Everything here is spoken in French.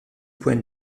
point